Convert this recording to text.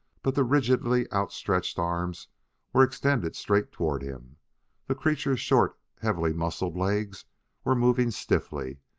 but the rigidly outstretched arms were extended straight toward him the creature's short, heavily muscled legs were moving stiffly,